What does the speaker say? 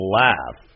laugh